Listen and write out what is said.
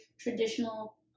traditional